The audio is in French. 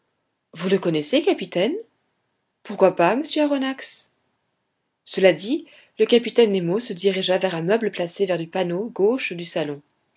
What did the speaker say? vous le connaissez capitaine pourquoi pas monsieur aronnax cela dit le capitaine nemo se dirigea vers un meuble placé près du panneau gauche du salon